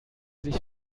sich